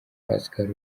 pascal